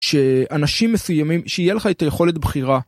שאנשים מסוימים שיהיה לך את היכולת בחירה.